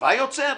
קירבה יוצר?